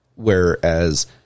Whereas